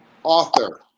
author